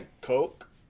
coke